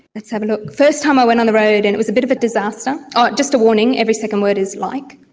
let's have a look the first time i went on the road and it was a bit of a disaster, oh, just a warning, every second word is like,